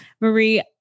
Marie